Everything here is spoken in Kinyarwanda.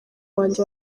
wanjye